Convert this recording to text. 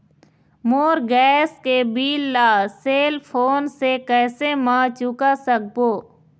मोर gas के bill ला cell phone से कैसे म चुका सकबो?